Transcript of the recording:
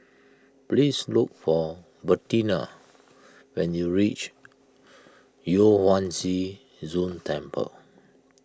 please look for Bertina when you reach Yu Huang Zhi Zun Temple